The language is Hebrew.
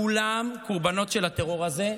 כולם קורבנות של הטרור הזה.